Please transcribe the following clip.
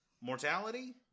mortality